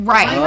Right